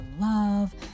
love